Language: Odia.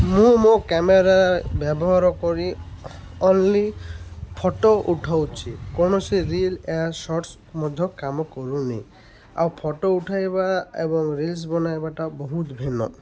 ମୁଁ ମୋ କ୍ୟାମେରା ବ୍ୟବହାର କରି ଅନ୍ଲି ଫଟୋ ଉଠାଉଛି କୌଣସି ରିଲ୍ ୟା ସର୍ଟ୍ସ ମଧ୍ୟ କାମ କରୁନି ଆଉ ଫଟୋ ଉଠାଇବା ଏବଂ ରିଲ୍ସ ବନାଇବାଟା ବହୁତ ଭିନ୍ନ